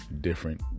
different